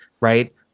right